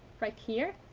right here